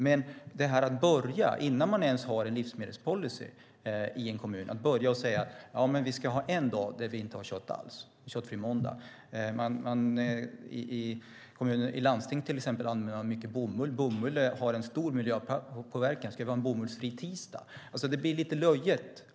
Men jag tycker inte att man ska börja med att säga att det ska vara en köttfri dag, en köttfri måndag, i en kommun innan den ens har en livsmedelspolicy. I landsting använder man till exempel mycket bomull. Bomull har en stor miljöpåverkan. Ska vi ha en bomullsfri tisdag? Det blir lite löjligt.